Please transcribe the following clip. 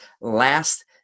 last